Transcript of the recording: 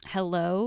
Hello